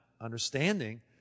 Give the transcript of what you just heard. understanding